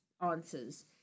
answers